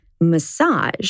massage